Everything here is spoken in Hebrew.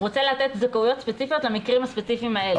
הוא רוצה לתת זכאויות ספציפיות למקרים הספציפיים האלה.